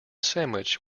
sandwich